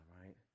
right